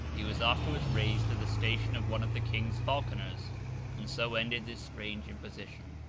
he was afterwards raised to the station of one of the king's falconers and so ended this strange imposition.